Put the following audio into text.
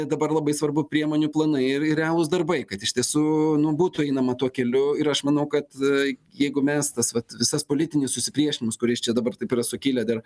dabar labai svarbu priemonių planai ir ir realūs darbai kad iš tiesų nu būtų einama tuo keliu ir aš manau kad jeigu mes tas vat visas politinis susipriešinimas kuris čia dabar taip yra sukilę dar